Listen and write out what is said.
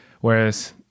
Whereas